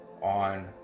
on